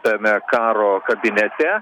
tame karo kabinete